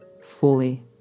fully